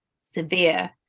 severe